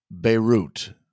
Beirut